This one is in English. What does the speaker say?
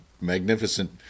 magnificent